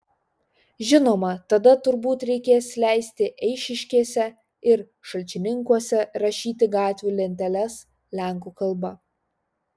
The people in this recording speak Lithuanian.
žinoma tada turbūt reikės leisti eišiškėse ir šalčininkuose rašyti gatvių lenteles lenkų kalba